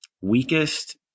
weakest